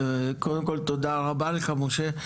קודם כל תודה רבה לך משה,